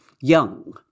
young